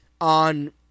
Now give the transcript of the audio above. on